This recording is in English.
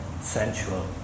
sensual